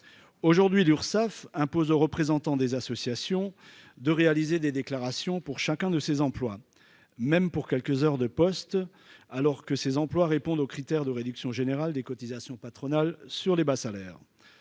Aujourd'hui, l'Urssaf impose aux représentants des associations de réaliser des déclarations pour chacun de ces emplois, même pour quelques heures de poste, alors qu'ils répondent aux critères de réduction générale des cotisations patronales sur les bas salaires.